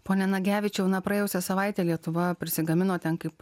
pone nagevičiau na praėjusią savaitę lietuvoje prisigamino ten kaip